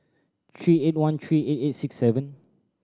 three eight one three eight eight six seven